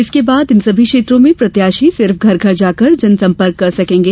इसके बाद इन सभी क्षेत्रों में प्रत्याशी सिर्फ घर घर जाकर जनसंपर्क कर सकेंगे